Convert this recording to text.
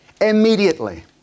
Immediately